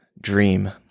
dream